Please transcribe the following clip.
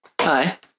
Hi